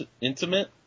intimate